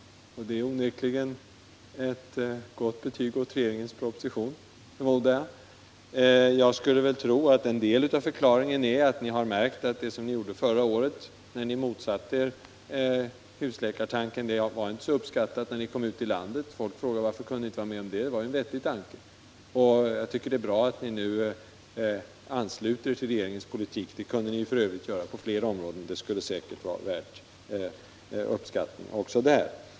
Det är onekligen ett gott betyg åt propositionen, förmodar jag. Jag skulle tro att en del av förklaringen är att ni har märkt att det ni gjorde förra året, när ni motsatte er husläkarsystemet, inte var så uppskattat när ni kom ut i landet. Folk frågade: Varför kunde ni inte vara med om detta — det var ju en vettig tanke? Jag tycker det är bra att ni nu ansluter er till regeringens politik. Det kunde nif. ö. göra på flera områden — det skulle säkert vara värt uppskattning också där.